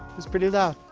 it's pretty loud.